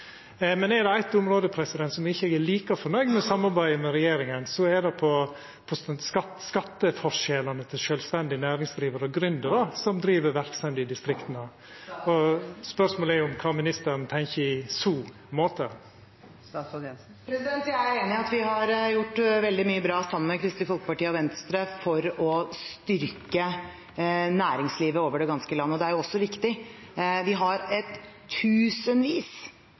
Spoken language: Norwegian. Men er det eitt område der eg ikkje er like fornøgd med samarbeidet med regjeringa, er det skatteforskjellane til sjølvstendig næringsdrivande og gründerar som driv verksemd i distrikta. Spørsmålet er kva ministeren tenkjer i så måte. Jeg er enig i at vi har gjort veldig mye bra sammen med Kristelig Folkeparti og Venstre for å styrke næringslivet over det ganske land. Det er også viktig. Vi har tusenvis